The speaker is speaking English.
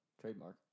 trademark